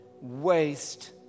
waste